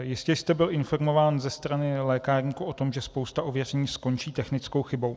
Jistě jste byl informován ze strany lékárníků o tom, že spousta ověření skončí technickou chybou.